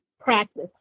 practice